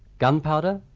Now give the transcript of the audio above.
gunpowder,